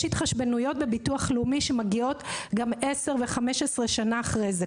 יש התחשבנויות בביטוח הלאומי שמגיעות גם עשר ו-15 שנה אחרי זה,